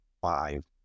five